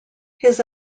his